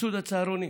סבסוד הצהרונים,